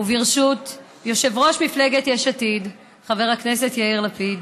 וברשות יושב-ראש מפלגת יש עתיד חבר הכנסת יאיר לפיד,